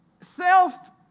self